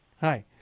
Hi